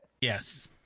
Yes